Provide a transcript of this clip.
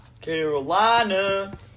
Carolina